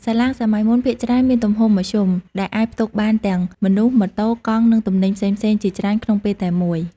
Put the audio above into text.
សាឡាងសម័យមុនភាគច្រើនមានទំហំមធ្យម ដែលអាចផ្ទុកបានទាំងមនុស្ស ម៉ូតូ កង់ និងទំនិញផ្សេងៗជាច្រើនក្នុងពេលតែមួយ។